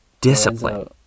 discipline